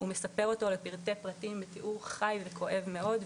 הוא מספר אותו לפרטי פרטים בתיאור חי וכואב מאוד,